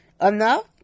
enough